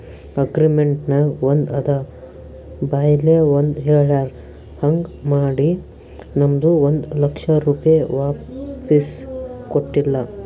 agreement ನಾಗ್ ಒಂದ್ ಅದ ಬಾಯ್ಲೆ ಒಂದ್ ಹೆಳ್ಯಾರ್ ಹಾಂಗ್ ಮಾಡಿ ನಮ್ದು ಒಂದ್ ಲಕ್ಷ ರೂಪೆ ವಾಪಿಸ್ ಕೊಟ್ಟಿಲ್ಲ